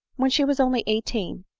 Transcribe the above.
when she was only eighteen,